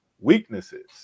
weaknesses